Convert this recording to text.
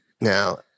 Now